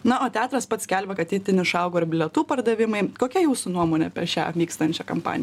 na o teatras pats skelbia kad itin išaugo ir bilietų pardavimai kokia jūsų nuomonė apie šią vykstančią kampaniją